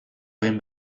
egin